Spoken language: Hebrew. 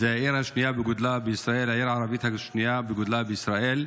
זאת העיר הערבית השנייה בגודלה בישראל.